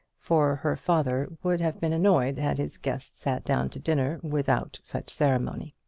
for her father would have been annoyed had his guest sat down to dinner without such ceremony.